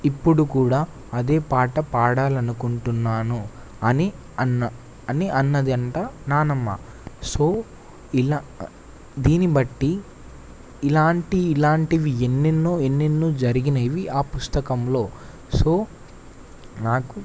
ఇప్పుడు కూడా అదే పాట పాడాలి అనుకుంటున్నాను అని అన్న అని అన్నది అంట నానమ్మ సో ఇలా దీన్ని బట్టి ఇలాంటి ఇలాంటివి ఎన్నెన్నో ఎన్నెన్నో జరిగినవి ఆ పుస్తకంలో సో నాకు